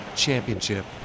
championship